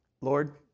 Lord